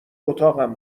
اتاقم